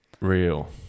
real